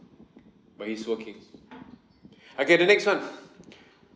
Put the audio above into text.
but he's working okay the next one